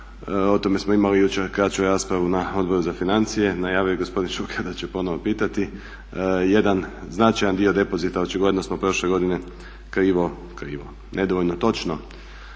O tome smo imali jučer kraću raspravu na Odboru za financije. Najavio je gospodin Šuker da će ponovno pitati. Jedan značajan dio depozita očigledno smo prošle godine krivo, nedovoljno točno,